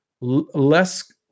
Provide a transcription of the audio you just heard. less